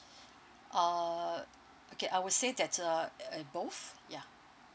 uh okay I would say that uh uh both yeah